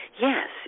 Yes